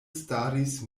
staris